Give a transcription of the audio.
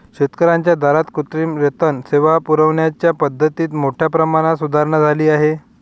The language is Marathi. शेतकर्यांच्या दारात कृत्रिम रेतन सेवा पुरविण्याच्या पद्धतीत मोठ्या प्रमाणात सुधारणा झाली आहे